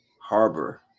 harbor